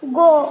go